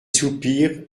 soupirs